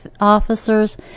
officers